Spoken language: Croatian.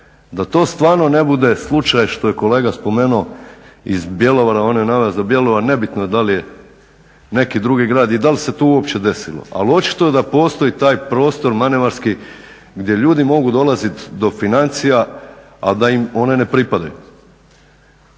da to stvarno ne bude slučaj što je kolega spomenuo iz Bjelovara, on je naveo za Bjelovar, nebitno da li je neki drugi grad i dal se tu uopće desilo, ali očito da postoji taj prostor manevarski gdje ljudi mogu dolazit do financija, a da im one ne pripadaju.